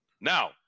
Now